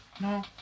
No